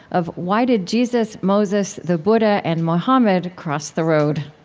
of why did jesus, moses, the buddha and mohammed cross the road?